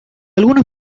algunos